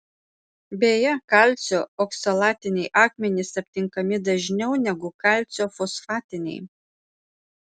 beje kalcio oksalatiniai akmenys aptinkami dažniau negu kalcio fosfatiniai